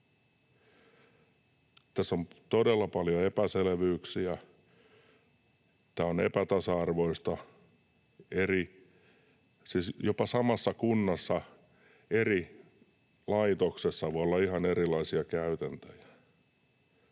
Tässä on todella paljon epäselvyyksiä. Tämä on epätasa-arvoista. Siis jopa samassa kunnassa eri laitoksissa voi olla ihan erilaisia käytäntöjä.